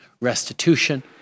restitution